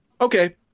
okay